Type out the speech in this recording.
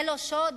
זה לא שוד?